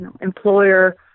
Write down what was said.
employer